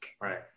right